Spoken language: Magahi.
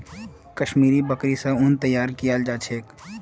कश्मीरी बकरि स उन तैयार कियाल जा छेक